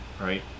Right